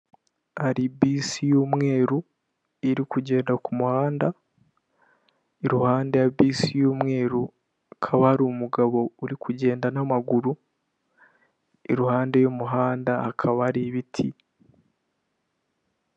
Hari bisi y'umweru iri kugenda ku muhanda. Iruhande ya bisi y'umweru hakaba hari umugabo uri kugenda n'amaguru, iruhande y'umuhanda hakaba hari ibiti.